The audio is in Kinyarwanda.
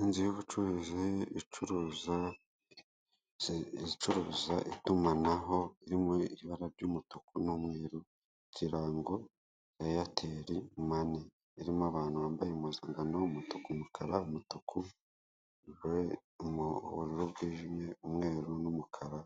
Inzu y'ubucuruzi icuruza itumanaho yo mu ibara ry'umutuku n'umweru, ikirango ni eyateri mani(airtel money),irimo abantu bambaye impuzangano umutuku; umukara; umutuku; ubururu bwijimye; umweru n'umukara,